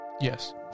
Yes